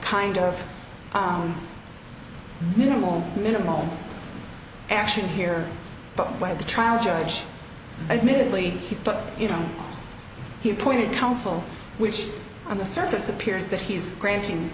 kind of on minimal minimal action here but by the trial judge admittedly but you know he appointed counsel which on the surface appears that he's granting